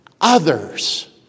others